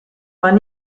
man